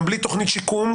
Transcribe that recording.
גם בלי תוכנית שיקום,